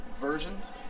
versions